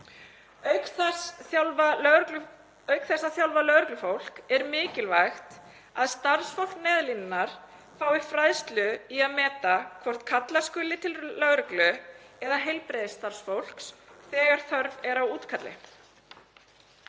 Auk þess að þjálfa lögreglufólk er mikilvægt að starfsfólk Neyðarlínunnar fái fræðslu í að meta hvort kalla skuli til lögreglu eða heilbrigðisstarfsfólk þegar þörf er á útkalli.